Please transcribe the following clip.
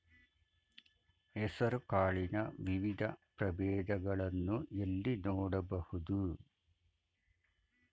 ಹೆಸರು ಕಾಳಿನ ವಿವಿಧ ಪ್ರಭೇದಗಳನ್ನು ಎಲ್ಲಿ ನೋಡಬಹುದು?